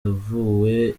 yavuwe